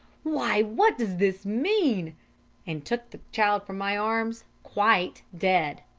why, what does this mean and took the child from my arms quite dead!